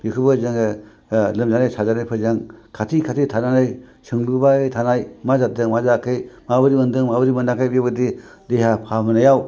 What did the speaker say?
बेखौबो जोङो लोमजानाय साजानायफोरजों खाथि खाथि थानानै सोंलुबाय थानाय मा जादों मा जायाखै माबोरै मोन्दों माबोरै मोनाखै बेबायदि देहा फाहामनायाव